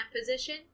position